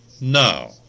Now